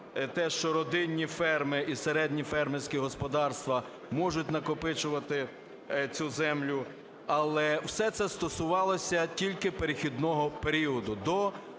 те, що родинні ферми і середні фермерські господарства можуть накопичувати цю землю. Але все це стосувалося тільки перехідного періоду